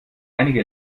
einige